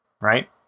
right